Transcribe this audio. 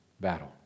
battle